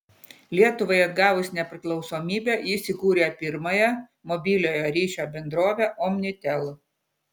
lietuvai atgavus nepriklausomybę jis įkūrė pirmąją mobiliojo ryšio bendrovę omnitel